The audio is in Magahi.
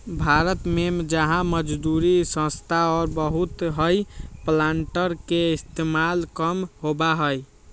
भारत में जहाँ मजदूरी सस्ता और बहुत हई प्लांटर के इस्तेमाल कम होबा हई